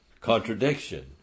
contradiction